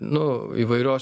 nu įvairios